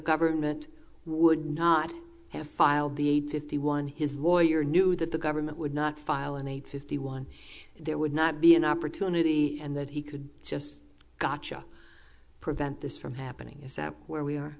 government would not have filed the fifty one his lawyer knew that the government would not file an eight fifty one there would not be an opportunity and that he could just gotcha prevent this from happening is that where we are